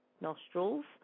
nostrils